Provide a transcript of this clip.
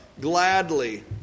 gladly